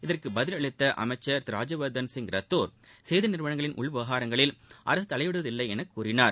இதற்கு பதில் அளித்த அமைச்சர் ராஜ்யவர்தன் ரத்தோர் செய்தி நிறுவனங்களின் உள்விவகாரங்களில் அரசு தலையிடுவது இல்லை என கூறினார்